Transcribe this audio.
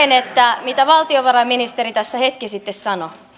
on ja siihen mitä valtiovarainministeri tässä hetki sitten sanoi